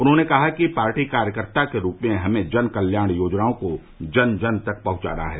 उन्होंने कहा कि पार्टी कार्यकर्ता के रूप में हमें जन कल्याण योजनाओं को जन जन तक पहुंचाना है